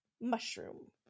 Mushroom